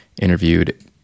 interviewed